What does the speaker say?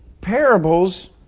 parables